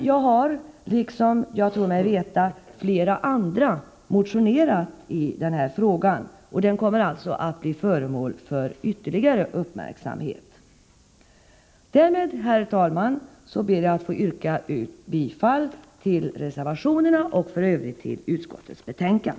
Jag har dock, liksom flera andra, motionerat i frågan, varför den kommer att bli föremål för ytterligare uppmärksamhet. Därmed, herr talman, ber jag att få yrka bifall till reservationerna och f. ö. till utskottets hemställan.